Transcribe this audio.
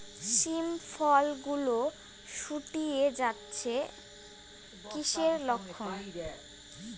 শিম ফল গুলো গুটিয়ে যাচ্ছে কিসের লক্ষন?